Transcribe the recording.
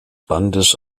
bandes